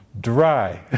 dry